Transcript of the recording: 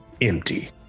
empty